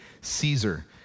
Caesar